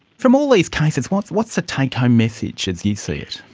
from all these cases, what's what's the take-home message, as you see it?